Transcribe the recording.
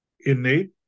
innate